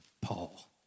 Paul